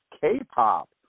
K-pop